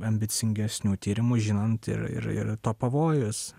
ambicingesnių tyrimų žinant ir ir to pavojus